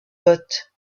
bottes